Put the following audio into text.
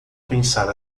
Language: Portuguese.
pensar